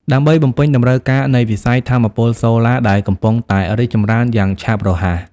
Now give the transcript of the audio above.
ដើម្បីបំពេញតម្រូវការនៃវិស័យថាមពលសូឡា ដែលកំពុងតែរីកចម្រើនយ៉ាងឆាប់រហ័ស។